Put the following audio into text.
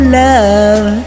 love